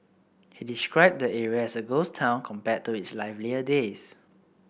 he described the area as a ghost town compared to its livelier days